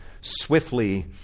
swiftly